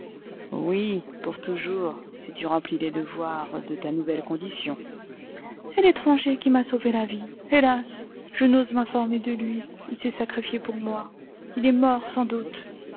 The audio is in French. oui pour toujours si tu remplis les devoirs de ta nouvelle condition et l'étranger qui m'a sauvé la vie hélas je n'ose m'informer de lui il s'est sacrifié pour moi il est mort sans doute